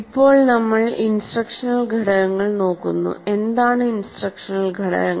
ഇപ്പോൾ നമ്മൾ ഇൻസ്ട്രക്ഷണൽ ഘടകങ്ങൾ നോക്കുന്നു എന്താണ് ഇൻസ്ട്രക്ഷണൽ ഘടകങ്ങൾ